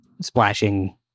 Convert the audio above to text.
splashing